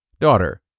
Daughter